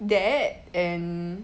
that and